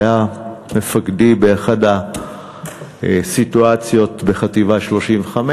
שהיה מפקדי באחת הסיטואציות בחטיבה 35,